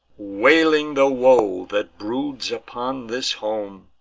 wailing the woe that broods upon this home,